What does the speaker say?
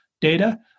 data